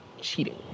cheating